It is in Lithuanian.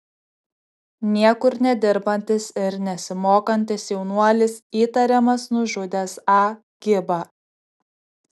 niekur nedirbantis ir nesimokantis jaunuolis įtariamas nužudęs a gibą